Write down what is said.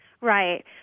right